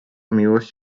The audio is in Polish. miłość